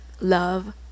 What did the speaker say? love